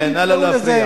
נא לא להפריע.